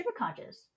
superconscious